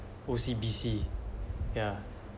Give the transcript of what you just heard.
O_C_B_C yeah